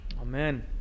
Amen